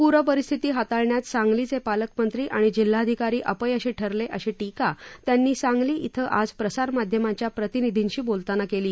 प्रपरिस्थिती हाताळण्यात सांगलीचे पालकमंत्री आणि जिल्हाधिकारी अपयशी ठरले अशी टीका त्यांनी सांगली इथं आज प्रसारमाध्यमांच्या प्रतिनिधींशी बोलताना केली